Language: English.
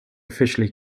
officially